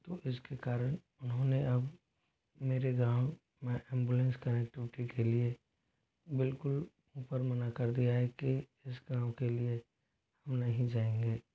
तो इसके कारण उन्होंने अब मेरे गाँव में एम्बुलेंस कनेक्टिविटी के लिए बिल्कुल ऊपर मना कर दिया है कि इस गाँव के लिए हम नहीं जाएंगे